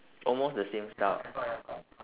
almost the same style ah